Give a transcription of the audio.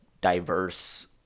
diverse